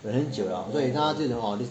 忍很久 liao 所以他就